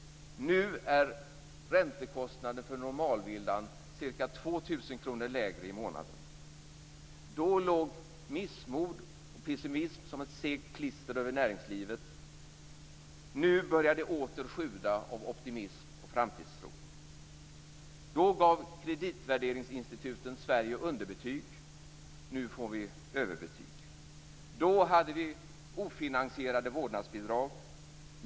Nu är räntekostnaden för normalvillan ca 2 000 kr lägre i månaden. Då låg missmod och pessimism som ett segt klister över näringslivet. Nu börjar det åter sjuda av optimism och framtidstro. Då gav kreditvärderingsinstituten Sverige underbetyg. Nu får vi överbetyg. Då hade vi ofinansierade vårdnadsbidrag.